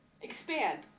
expand